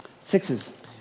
Sixes